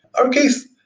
our case,